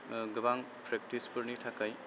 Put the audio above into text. गोबां प्रेक्टिसफोरनि थाखाय